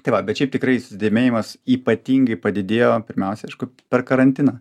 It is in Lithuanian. tai va bet šiaip tikrai susidėmėjimas ypatingai padidėjo pirmiausia aišku per karantiną